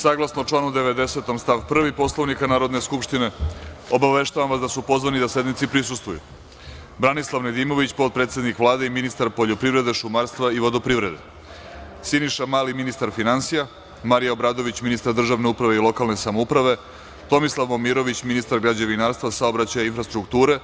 Saglasno članu 90. stav 1. Poslovnika Narodne skupštine, obaveštavam vas da su pozvani da sednici prisustvuju, Branislav Nedimović, potpredsednik Vlade i ministar poljoprivrede, šumarstva i vodoprivrede, Siniša Mali, ministar finansija, Marija Obradović, ministar državne uprave i lokalne samouprave, Tomislav Momirović, ministar građevinarstva, saobraćaja i infrastrukture,